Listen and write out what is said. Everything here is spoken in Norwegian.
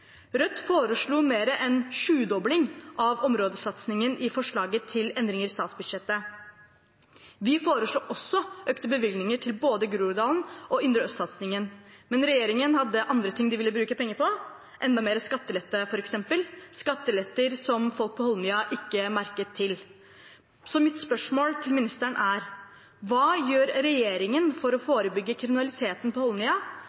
Rødt foreslo mer enn en sjudobling av områdesatsingen i forslagene til endringer i statsbudsjettet. Vi foreslo også økte bevilgninger til både Groruddals- og indre øst-satsingen, men regjeringen hadde andre ting de ville bruke penger på, f.eks. enda mer skattelette, skatteletter som folk på Holmlia ikke merket noe til. Så mitt spørsmål til ministeren er: Hva gjør regjeringen for å forebygge kriminaliteten på